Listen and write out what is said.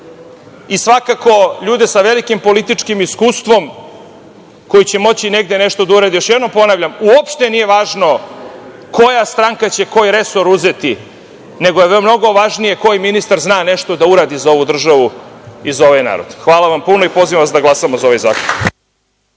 i svakako ljude sa velikim političkim iskustvom koji će moći negde nešto da urade. Još jednom ponavljam, uopšte nije važno koja stranka će koji resor uzeti, nego je mnogo važnije koji ministar zna nešto da uradi za ovu državu i za ovaj narod. Hvala vam puno i pozivam vas da glasamo za ovaj zakon.